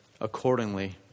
accordingly